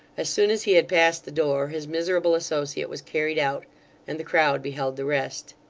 as soon as he had passed the door, his miserable associate was carried out and the crowd beheld the rest.